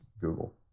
Google